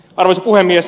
arvoisa puhemies